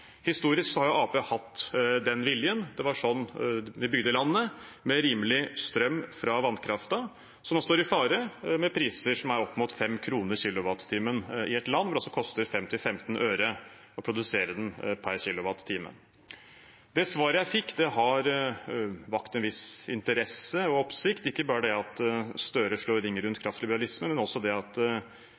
har jo Arbeiderpartiet hatt den viljen. Det var sånn de bygde landet, med rimelig strøm fra vannkraften, som nå står i fare med priser som er opp mot 5 kr per kilowattime i et land hvor det altså koster 5–15 øre å produsere den per kilowattime. Det svaret jeg fikk, har vakt en viss interesse og oppsikt – ikke bare det at Støre slår ring rundt kraftliberalismen, men også at han sa at